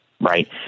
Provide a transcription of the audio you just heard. right